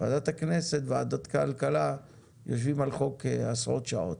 ועדת הכנסת, ועדת הכלכלה, יושבת על חוק עשרות שעות